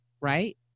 right